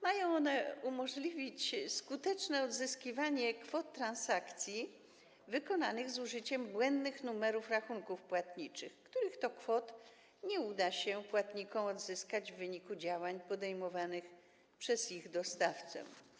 Mają one umożliwić skuteczne odzyskiwanie kwot transakcji wykonanych z użyciem błędnych numerów rachunków płatniczych, których to kwot nie udało się płatnikom odzyskać w wyniku działań podejmowanych przez ich dostawcę.